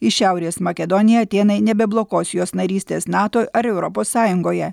į šiaurės makedoniją atėnai nebeblokuos jos narystės nato ar europos sąjungoje